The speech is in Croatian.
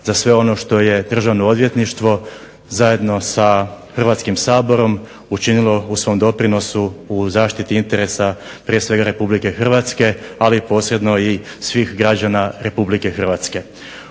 za sve ono što je Državno odvjetništvo zajedno sa Hrvatskim saborom učinilo u svom doprinosu u zaštiti interesa prije svega RH, ali posebno i svih građana RH.